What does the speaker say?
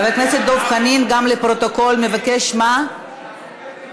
חבר יאיר לפיד מבקש, לפרוטוקול, כתומך להירשם.